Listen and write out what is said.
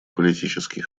политический